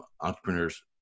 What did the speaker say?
entrepreneurs